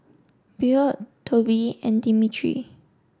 Bill Toby and Dimitri